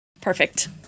Perfect